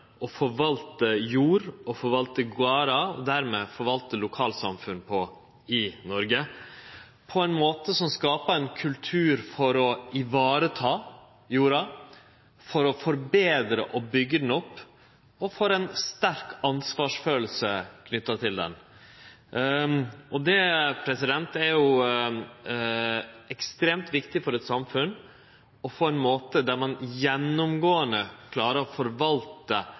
å forvalte jord og gardar og dermed forvalte lokalsamfunn på i Noreg, ein måte som skaper ein kultur for å vareta jorda, for å forbetre og byggje ho opp og for ei sterk ansvarskjensle knytt til jorda. Det er ekstremt viktig for eit samfunn å ha ein måte der ein gjennomgåande klarer å forvalte